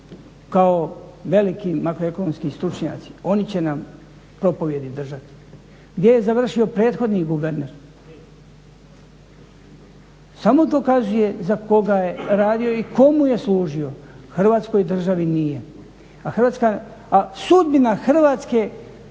kao veliki makroekonomski stručnjaci, oni će nam propovijedi držati. Gdje je završio prethodni guverner? Samo dokazuje za koga je radio i komu je služio. Hrvatskoj državi nije, a sudbina Hrvatske